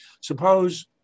suppose